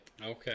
Okay